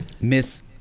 Miss